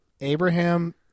Abraham